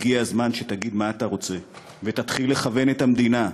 הגיע הזמן שתגיד מה אתה רוצה ותתחיל לכוון את המדינה.